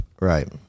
right